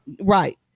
Right